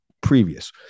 previous